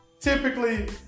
Typically